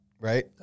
right